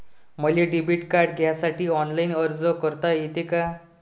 मले debit card घ्यासाठी online अर्ज करता येते का?